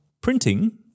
printing